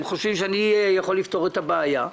הם חושבים שאני יכול לפתור את הבעיה.